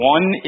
One